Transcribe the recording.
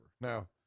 now